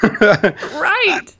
right